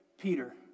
Peter